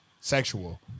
sexual